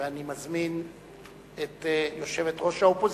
אני מזמין את יושבת-ראש האופוזיציה,